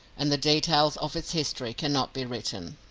and the details of its history cannot be written.